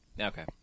Okay